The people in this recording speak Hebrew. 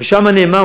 ושם נאמר,